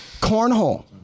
Cornhole